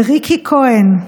על ריקי כהן.